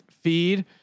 feed